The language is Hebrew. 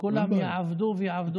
כולם יעבדו ויעבדו קשה.